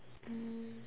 mm